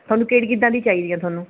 ਤੁਹਾਨੂੰ ਕਿਹੜੀ ਕਿੱਦਾਂ ਦੀ ਚਾਹੀਦੀ ਆ ਤੁਹਾਨੂੰ